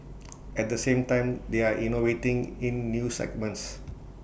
at the same time they are innovating in new segments